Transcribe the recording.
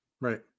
Right